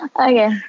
okay